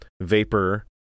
vapor